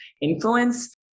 influence